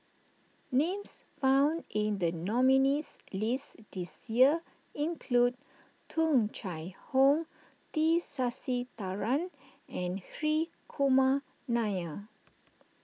names found in the nominees' list this year include Tung Chye Hong T Sasitharan and Hri Kumar Nair